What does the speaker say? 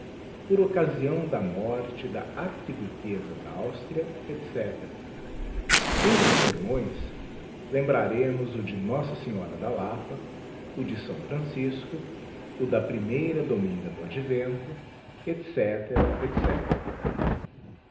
por occasião da morte da archiduqueza d'austría etc entre os sermões lembraremos o de n s da lapa o de s francisco o da primeira dominga do advento etc